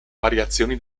variazioni